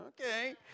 okay